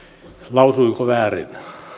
lausuinko väärin